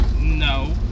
no